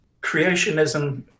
creationism